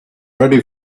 ready